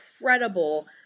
incredible